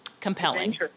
Compelling